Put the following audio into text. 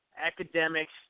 academics